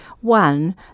one